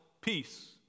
peace